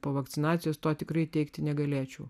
po vakcinacijos to tikrai teigti negalėčiau